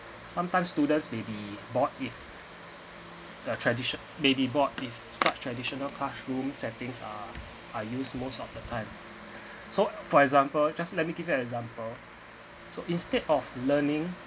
sometimes students may be bored if the tradition may be bored if such traditional classroom settings uh are used most of the time so for example just let me give you an example so instead of learning